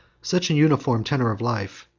such a uniform tenor of life,